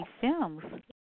films